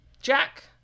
jack